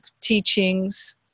teachings